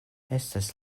estas